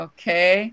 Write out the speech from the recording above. Okay